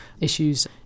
issues